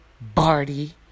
Barty